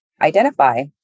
identify